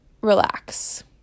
relax